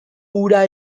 ura